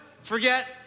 forget